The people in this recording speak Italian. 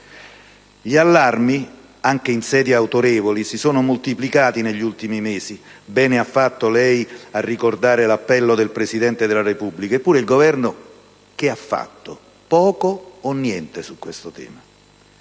Gli allarmi, anche in sedi autorevoli, si sono moltiplicati negli ultimi mesi; bene ha fatto lei a ricordare l'appello del Presidente della Repubblica, eppure il Governo ha fatto poco o niente su questo tema.